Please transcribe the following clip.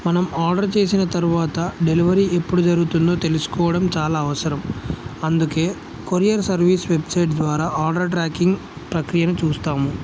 మనం ఆర్డర్ చేసిన తరువాత డెలివరీ ఎప్పుడు జరుగుతుందో తెలుసుకోవడం చాలా అవసరం అందుకే కొరియర్ సర్వీస్ వెబ్సైట్ ద్వారా ఆర్డర్ ట్రాకింగ్ ప్రక్రియను చూస్తాము